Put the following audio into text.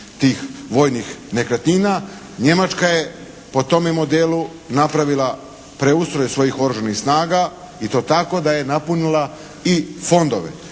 tih vojnih nekretnina. Njemačka je po tome modelu napravila preustroj svojih oružanih snaga i to tako da je napunila i fondove.